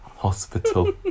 Hospital